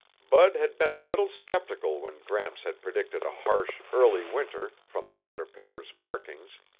bud had been a little skeptical when gramps had predicted a harsh, early winter from the caterpillar's markings,